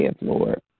Lord